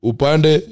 Upande